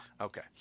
Okay